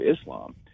Islam